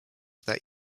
that